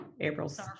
April's